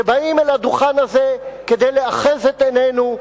שבאים אל הדוכן הזה כדי לאחז את עינינו,